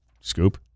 scoop